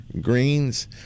greens